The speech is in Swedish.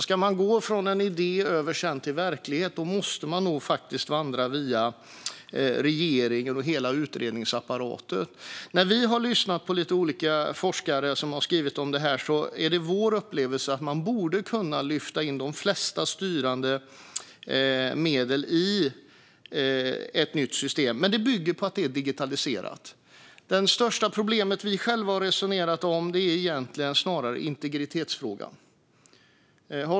Ska man gå från idé till verklighet måste man nog faktiskt vandra via regeringen och hela utredningsapparaten. Vi har lyssnat på olika forskare som har skrivit om detta, och vår upplevelse är att man borde kunna lyfta in de flesta styrande medel i ett nytt system. Detta bygger dock på att det är digitaliserat. Det största problem som vi själva har resonerat om är snarare integritetsfrågan.